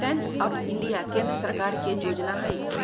stand up India केंद्र सरकार के जोजना हइ